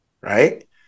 right